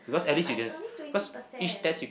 but it's only twenty percent